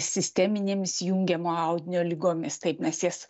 sisteminėmis jungiamojo audinio ligomis taip mes jas